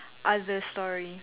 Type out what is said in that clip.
other story